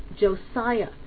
Josiah